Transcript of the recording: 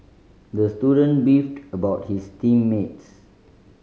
the student beefed about his team mates